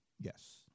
Yes